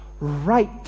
Right